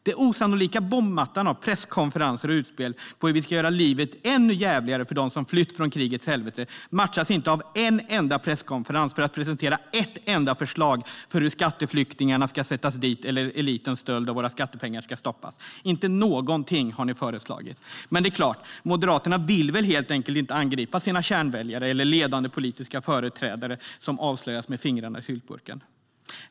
Den osannolika bombmattan av presskonferenser och utspel om hur ni ska göra livet ännu jävligare för dem som har flytt från krigets helvete matchas inte av en enda presskonferens för att presentera ett enda förslag för hur skatteflyktingarna ska sättas dit eller hur elitens stöld av våra skattepengar ska stoppas. Inte något har ni föreslagit. Men det är klart, Moderaterna vill väl inte angripa sina kärnväljare eller ledande politiska företrädare som avslöjas med fingrarna i syltburken.